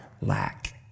lack